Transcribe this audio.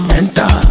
enter